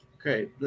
Okay